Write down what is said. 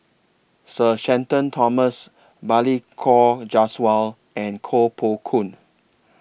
Sir Shenton Thomas Balli Kaur Jaswal and Koh Poh Koon